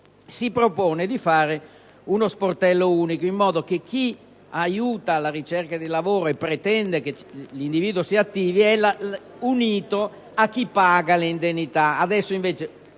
si propone di creare uno sportello unico per il lavoro. In tal modo, chi aiuta nella ricerca del lavoro e pretende che l'individuo si attivi è unito a chi paga le indennità;